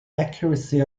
accuracy